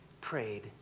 prayed